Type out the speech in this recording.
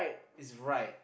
is right